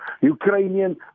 Ukrainian